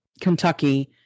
Kentucky